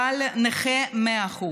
בעל נכה 100%,